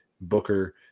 booker